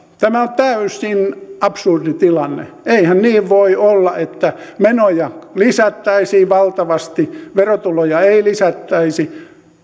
tämä on täysin absurdi tilanne eihän niin voi olla että menoja lisättäisiin valtavasti verotuloja ei lisättäisi